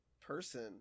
person